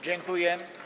Dziękuję.